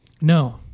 no